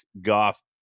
Goff